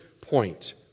point